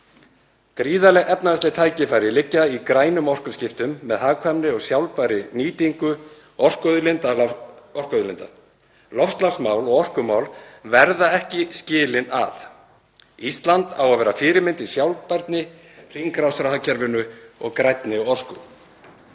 Gríðarleg efnahagsleg tækifæri liggja í grænum orkuskiptum með hagkvæmri og sjálfbærri nýtingu orkuauðlinda. Loftslagsmál og orkumál verða ekki skilin að. Ísland á að vera fyrirmynd í sjálfbærni, hringrásarhagkerfinu og grænni orku.